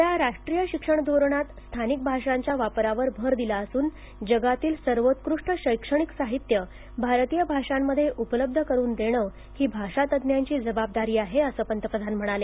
नव्या राष्ट्रीय शिक्षण धोरणात स्थानिक भाषांच्या वापरावर भर दिला असून जगातील सर्वोत्कृष्ट शैक्षणिक साहित्य भारतीय भाषांमध्ये उपलब्ध करून देणे ही भाषा तज्ञांची जबाबदारी आहे असे पंतप्रधान म्हणाले